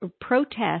protest